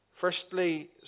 Firstly